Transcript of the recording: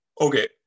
okay